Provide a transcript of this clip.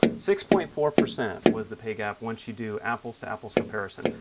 six point four percent was the pay gap once you do apples-to-apples comparison.